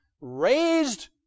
raised